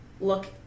look